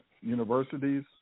universities